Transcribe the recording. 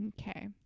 okay